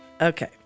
Okay